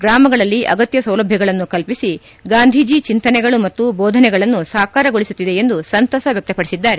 ಗ್ರಾಮಗಳಲ್ಲಿ ಆಗತ್ತ ಸೌಲಭ್ವಗಳನ್ನು ಕಲ್ಪಿಸಿ ಗಾಂಧೀಜಿ ಚಿಂತನೆಗಳು ಮತ್ತು ಬೋಧನೆಗಳನ್ನು ಸಾಕಾರಗೊಳಿಸುತ್ತಿದೆ ಎಂದು ಸಂತಸ ವ್ವಕ್ತಪಡಿಸಿದ್ದಾರೆ